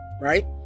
right